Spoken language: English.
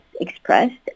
expressed